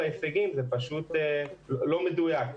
לבוא ולומר שאין שיפור בהישגים, זה פשוט לא מדויק.